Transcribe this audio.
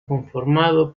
conformado